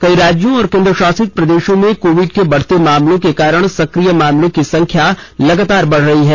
कई राज्यों और केन्द्र शासित प्रदेशों में कोविड के बढ़ते मामलों के कारण सक्रिय मामलों की संख्या लगातार बढ़ रही है